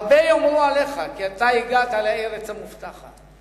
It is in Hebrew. הרבה יאמרו עליך כי אתה הגעת לארץ המובטחת,